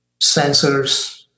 sensors